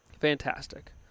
fantastic